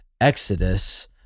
Exodus